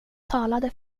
talade